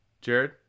Jared